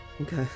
okay